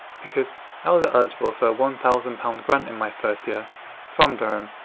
because i was eligible for a one thousand pounds grant in my first year from durham.